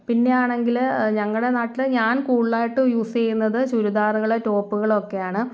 പിന്നെയാണെങ്കില് ഞങ്ങളുടെ നാട്ടില് ഞാൻ കൂടുതലായിട്ടും യൂസെയ്യുന്നത് ചുരിദാറുകള് ടോപ്പുകളൊക്കെയാണ്